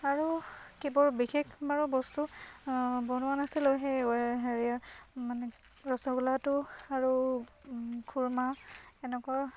আৰু কিবোৰ বিশেষ বাৰু বস্তু বনোৱা নাছিলোঁ সেই হেৰি মানে ৰসগোল্লাটো আৰু খুৰমা এনেকুৱা